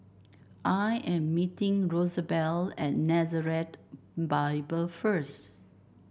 I am meeting Rosabelle at Nazareth Bible first